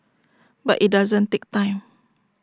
but IT doesn't take time